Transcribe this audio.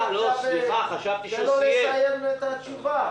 תן לו לסיים את התשובה.